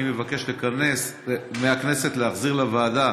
אני מבקש מהכנסת להחזיר לוועדה,